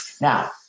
now